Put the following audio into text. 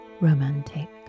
romantic